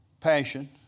Passion